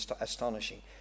astonishing